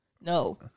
No